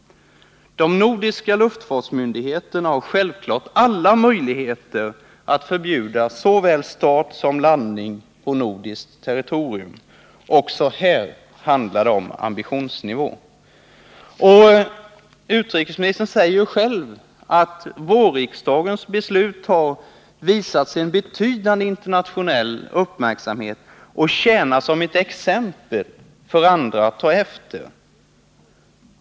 De nordiska luftfartsmyndigheterna har självklart alla möjligheter att förbjuda såväl start som landning på nordiskt territorium. Också här handlar det om ambitionsnivå. Utrikesministern säger ju dessutom själv att vårriksdagens beslut har ”visats betydande internationell uppmärksamhet” och tjänar som ett exempel för andra att ta efter.